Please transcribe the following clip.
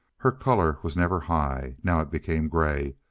her color was never high. now it became gray.